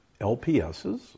LPSs